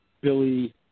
Billy